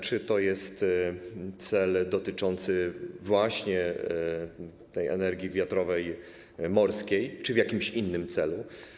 Czy to jest cel dotyczący właśnie tej energii wiatrowej morskiej czy jest to w jakimś innym celu?